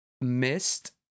missed